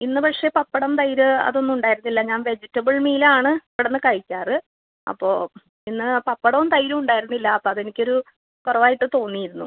ഇന്ന് പക്ഷേ പപ്പടം തൈര് അതൊന്നും ഉണ്ടായിരുന്നില്ല ഞാൻ വെജിറ്റബിൾ മീൽ ആണ് അവിടുന്ന് കഴിക്കാറ് അപ്പോൾ ഇന്ന് പപ്പടവും തൈരും ഉണ്ടായിരുന്നില്ല അപ്പം അതെനിക്കൊരു കുറവായിട്ട് തോന്നിയിരുന്നു